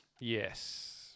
Yes